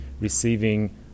receiving